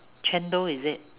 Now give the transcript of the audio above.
chendol is it